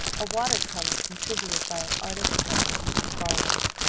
a water color contributed by an artist friend of mrs. barlow's.